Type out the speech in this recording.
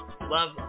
love